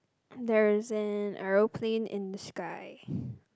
there is an aeroplane in the sky